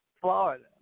Florida